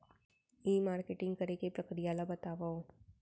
ई marketing करे के प्रक्रिया ला बतावव?